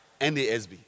NASB